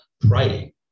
praying